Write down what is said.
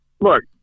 look